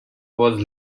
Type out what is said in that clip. was